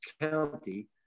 County